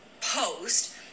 post